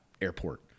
airport